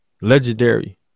legendary